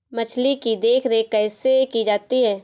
मछली की देखरेख कैसे की जाती है?